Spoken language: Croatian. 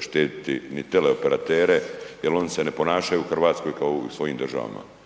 štedjeti niti teleoperatere jer oni se ne ponašaju u Hrvatskoj kao u svojim državama.